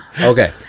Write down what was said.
Okay